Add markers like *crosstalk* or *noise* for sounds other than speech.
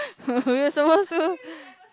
*laughs* you're supposed to